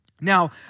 Now